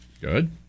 Good